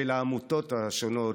של העמותות השונות.